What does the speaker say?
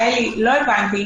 איתמר, לא הבנתי.